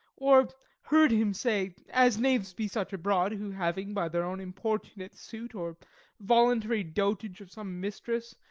or heard him say as knaves be such abroad, who having, by their own importunate suit, or voluntary dotage of some mistress,